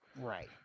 right